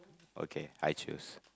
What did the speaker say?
okay I choose